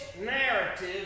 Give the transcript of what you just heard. narrative